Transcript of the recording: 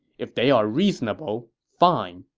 if they are reasonable, fine.